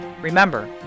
Remember